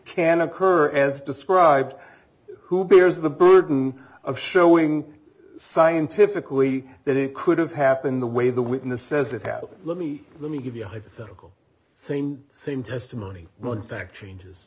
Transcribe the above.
can occur as described who bears the burden of showing scientifically that it could have happened the way the witness says it have let me let me give you a hypothetical scene same testimony will in fact changes